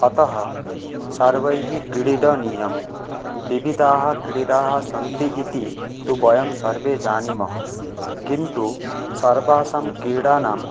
अतः सर्वैः क्रीडनीयं विविधाः क्रीडाः सन्ति इति तु वयं सर्वे जानीमः किन्तु सर्वासां क्रीडाणां